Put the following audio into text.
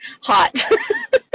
hot